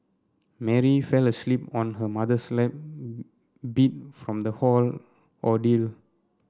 Mary fell asleep on her mother's lap beat from the whole ordeal